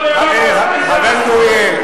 חבר הכנסת אורי אריאל,